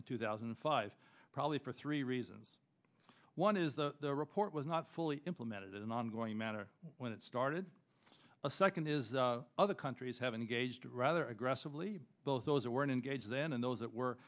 in two thousand and five probably for three reasons one is the report was not fully implemented as an ongoing matter when it started a second is other countries have engaged rather aggressively both those that were engaged then and those that were